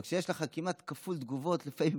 אבל לפעמים כשיש לך כמעט כפול תגובות מלייקים,